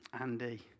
Andy